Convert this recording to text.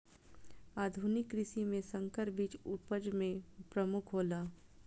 आधुनिक कृषि में संकर बीज उपज में प्रमुख हौला